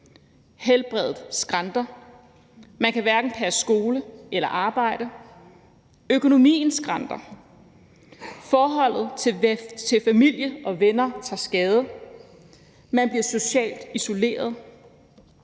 Helbredet skranter. Man kan hverken passe skole eller arbejde. Økonomien skranter. Forholdet til familie og venner tager skade. Man bliver socialt isoleret.